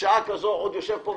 בשעה כזאת עוד יושב פה,